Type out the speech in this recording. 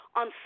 on